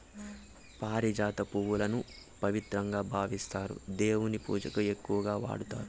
పారిజాత పువ్వులను పవిత్రంగా భావిస్తారు, దేవుని పూజకు ఎక్కువగా వాడతారు